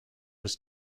was